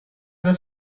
the